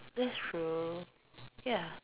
that's true ya